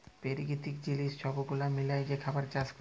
পেরাকিতিক জিলিস ছব গুলা মিলায় যে খাবার চাষ ক্যরে